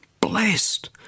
Blessed